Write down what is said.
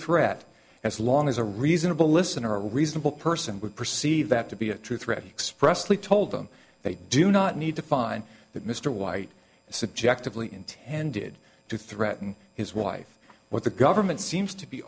threat as long as a reasonable listener a reasonable person would perceive that to be a true threat expressly told them they do not need to find that mr white subjectively intended to threaten his wife what the government seems to be